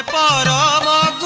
ah da da